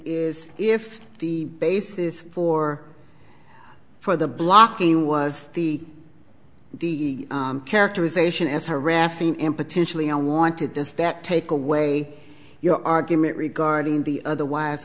is if the basis for for the blocking was the the characterization as harassing him potentially i want to does that take away your argument regarding the otherwise